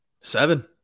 seven